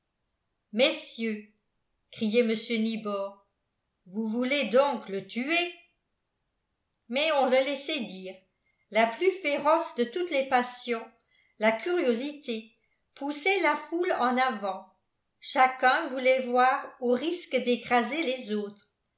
messieurs criait mr nibor vous voulez donc le tuer mais on le laissait dire la plus féroce de toutes les passions la curiosité poussait la foule en avant chacun voulait voir au risque d'écraser les autres